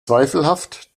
zweifelhaft